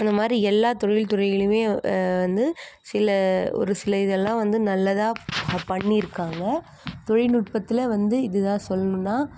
அந்தமாதிரி எல்லா தொழில் துறையிலுமே வந்து சில ஒரு சில இதெல்லாம் வந்து நல்லதாக பண்ணியிருக்காங்க தொழில்நுட்பத்தில் வந்து இதுதான் சொல்லணுன்னா